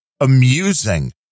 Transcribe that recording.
amusing